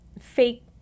fake